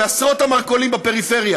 מעשרות המרכולים בפריפריה